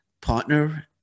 partner